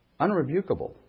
unrebukable